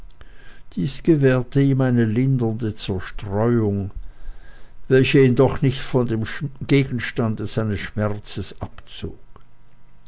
dies gewährte ihm eine lindernde zerstreuung welche ihn doch nicht von dem gegenstande seines schmerzes abzog